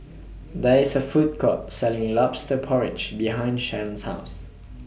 There IS A Food Court Selling Lobster Porridge behind Shon's House